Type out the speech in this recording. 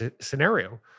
scenario